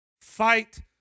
Fight